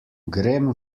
grem